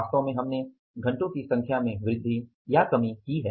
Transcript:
वास्तव में हमने घंटों की संख्या में वृद्धि या कमी की है